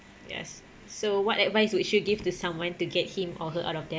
yes so what advice would you give to someone to get him or her out of debt